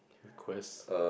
request